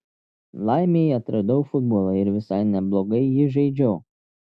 laimei atradau futbolą ir visai neblogai jį žaidžiau